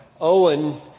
Owen